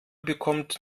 bekommt